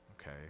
Okay